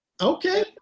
Okay